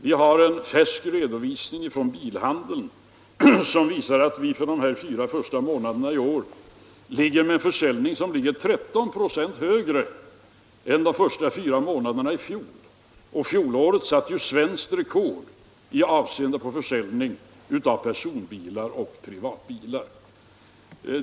Vi har en färsk redovisning från bilhandeln, som visar att vi under de fyra första månaderna i år har en försäljning som ligger ca 13 96 över de första fyra månaderna i fjol. Och fjolåret satte ju svenskt rekord i avseende på försäljning av personbilar och privata bilar.